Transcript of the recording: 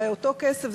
הרי אותו כסף,